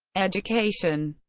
education